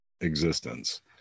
existence